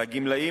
והגמלאים,